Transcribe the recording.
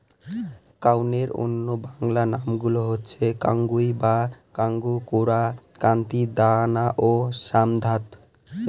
কাউনের অন্য বাংলা নামগুলো হচ্ছে কাঙ্গুই বা কাঙ্গু, কোরা, কান্তি, দানা ও শ্যামধাত